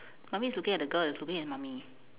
mummy is looking at the girl that's looking at mummy